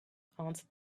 answered